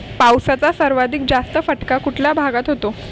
पावसाचा सर्वाधिक जास्त फटका कुठल्या भागात होतो?